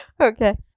Okay